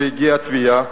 כשהגיעה התביעה,